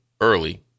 early